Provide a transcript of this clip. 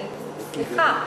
אני, סליחה.